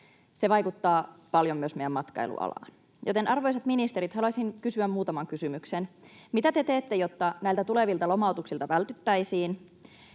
Se vaikuttaa paljon myös meidän matkailualaan. Joten, arvoisat ministerit, haluaisin kysyä muutaman kysymyksen: Mitä te teette, jotta näiltä tulevilta lomautuksilta vältyttäisiin?